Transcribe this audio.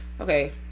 okay